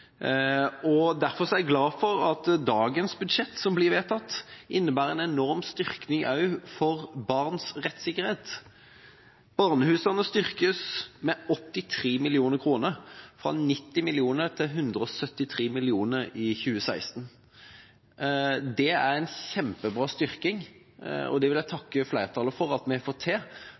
samfunnet. Derfor er jeg glad for at dagens budsjett som blir vedtatt, innebærer en enorm styrking av barns rettssikkerhet. Barnehusene styrkes med 83 mill. kr, fra 90 mill. kr til 173 mill. kr i 2016. Det er en kjempebra styrking. Jeg takker flertallet for at vi har fått det til.